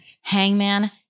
hangman